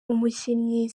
umukinnyi